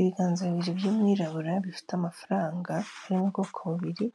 Ibiganza bibiri by'umwirabura bifite amafaranga y'ubwoko bubiri